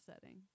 setting